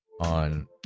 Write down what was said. on